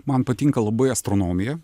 man patinka labai astronomija